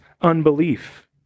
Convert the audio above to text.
unbelief